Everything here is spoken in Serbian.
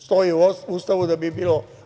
Stoji u Ustavu da bi bilo